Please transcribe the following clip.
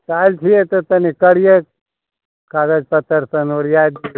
तऽ आइभी अइतै तनी करियै कागज पत्तर तनी ओरियाइ दियै